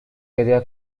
area